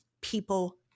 people